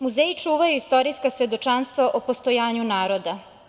Muzeji čuvaju istorijska svedočanstva o postojanju naroda.